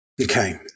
Okay